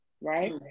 right